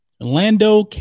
Lando